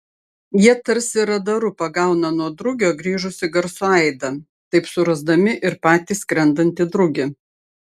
jie tarsi radaru pagauna nuo drugio grįžusį garso aidą taip surasdami ir patį skrendantį drugį